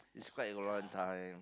it's quite a long time